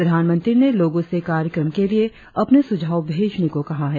प्रधानमंत्री ने लोगो से कार्यक्रम के लिए अपने सुझाव भेजने को कहा है